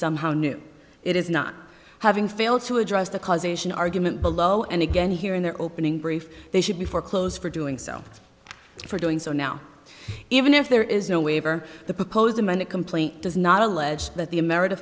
somehow new it is not having failed to address the causation argument below and again here in their opening brief they should be for clothes for doing so for doing so now even if there is no waiver the proposed amended complaint does not allege that the america